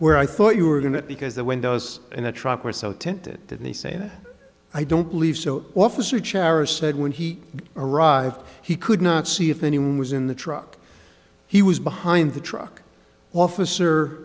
where i thought you were going to because the windows in the truck were so tinted did they say that i don't believe so officer charis said when he arrived he could not see if anyone was in the truck he was behind the truck officer